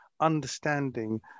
understanding